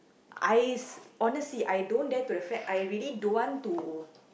I honestly I don't dare to the fact I really don't want to